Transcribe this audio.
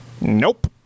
Nope